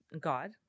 God